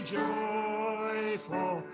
joyful